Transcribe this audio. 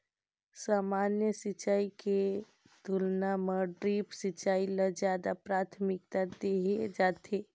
सामान्य सिंचाई के तुलना म ड्रिप सिंचाई ल ज्यादा प्राथमिकता देहे जाथे